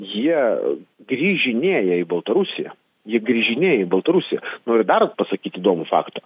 jie grįžinėja į baltarusiją jie grįžinėja į baltarusiją noriu dar pasakyt įdomų faktą